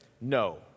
No